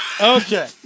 Okay